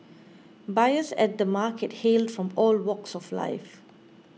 buyers at the markets hailed from all walks of life